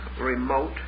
remote